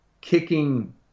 kicking